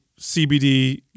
CBD